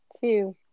Two